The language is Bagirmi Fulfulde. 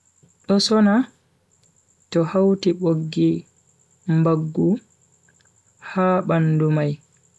Do sona to hauti boggi mbangu ha bandu mai.